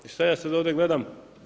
I šta ja sad ovdje gledam?